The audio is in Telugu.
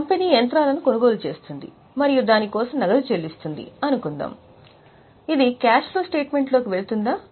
కంపెనీ యంత్రాలను కొనుగోలు చేస్తుంది మరియు దాని కోసం నగదు చెల్లిస్తుంది అనుకుందాం ఇది క్యాష్ ఫ్లో స్టేట్మెంట్ లో కి వెళ్తుందా